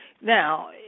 Now